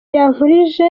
yankurije